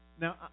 Now